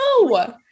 no